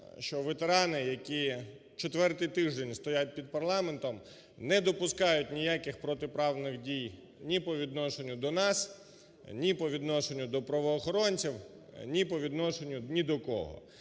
що ветерани, які четвертий тиждень стоять під парламентом, не допускають ніяких протиправних дій ні по відношенню до нас, ні по відношенню до правоохоронців, ні по відношенню ні до кого.